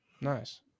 nice